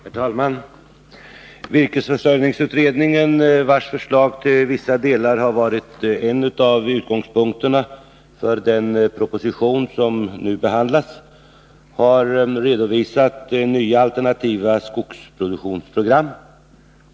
Herr talman! Virkesförsörjningsutredningen, vars förslag till vissa delar har varit en av utgångspunkterna för den proposition som nu behandlas, har redovisat nya alternativa skogsproduktionsprogram.